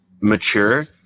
mature